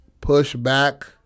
pushback